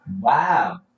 Wow